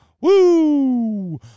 Woo